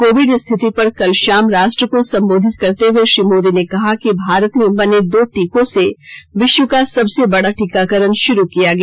Covid स्थिति पर कल शाम राष्ट्र को संबोधित करते हुए श्री मोदी ने कहा कि भारत में बने दो टीकों से विश्व का सबसे बड़ा टीकाकरण शुरु किया गया